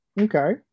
Okay